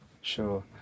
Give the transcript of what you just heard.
Sure